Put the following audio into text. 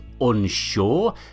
unsure